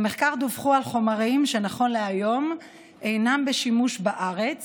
במחקר דווח על חומרים שנכון להיום אינם בשימוש בארץ